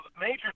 major